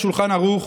השולחן ערוך,